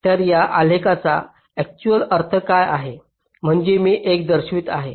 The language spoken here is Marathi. तर या आलेखाचा अक्चुअल अर्थ काय आहे म्हणजे मी एक दर्शवित आहे